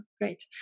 great